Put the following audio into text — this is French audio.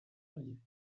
allier